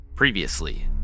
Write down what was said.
Previously